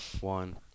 one